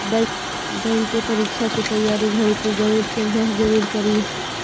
bank के परीक्षा के तइयारी घड़ी तु गणित के अभ्यास जरूर करीह